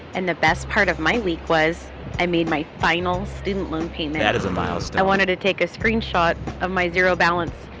and the best part of my week was i made my final student loan payment that is a milestone i wanted to take a screenshot of my zero balance,